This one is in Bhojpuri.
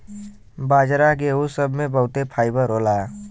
बाजरा गेहूं सब मे बहुते फाइबर होला